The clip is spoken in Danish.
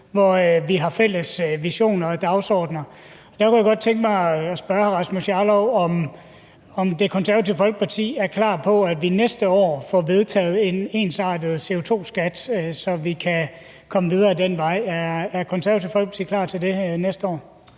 hvor vi har fælles visioner og dagsordener. Og der kunne jeg godt tænke mig at spørge hr. Rasmus Jarlov, om Det Konservative Folkeparti er klar på, at vi næste år får vedtaget en ensartet CO2-skat, så vi kan komme videre ad den vej. Er Det Konservative Folkeparti klar til det næste år?